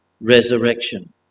resurrection